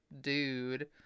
dude